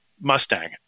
Mustang